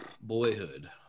boyhood